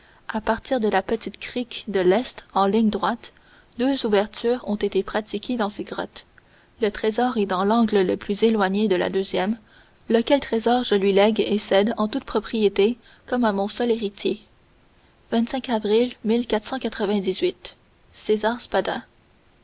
à partir de la petite crique de l'est en droite ligne deux ouvertu res ont été pratiquées dans ces grottes le trésor est dans l'angle le plus é loigné de la deuxième lequel trésor je lui lègue et cède en tou te propriété comme à mon seul héritier avril